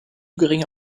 geringe